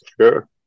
Sure